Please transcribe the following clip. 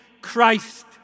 Christ